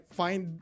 find